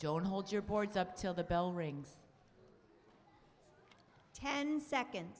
don't hold your boards up till the bell rings ten seconds